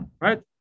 Right